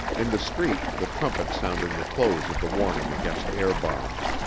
in the street the trumpet sounding the close of the warning against air-bombs.